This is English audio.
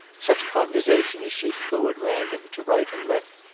such conversation as she threw at random, to right and left,